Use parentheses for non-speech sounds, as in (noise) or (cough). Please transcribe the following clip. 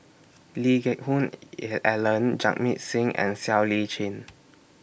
Lee Geck Hoon (noise) Ellen Jamit Singh and Siow Lee Chin